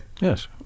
Yes